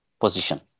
position